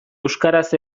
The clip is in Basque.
euskaraz